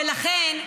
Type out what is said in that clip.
ולכן,